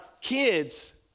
kids